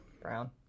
Brown